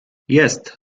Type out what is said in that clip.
jest